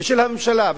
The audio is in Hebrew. ושל הממשלה,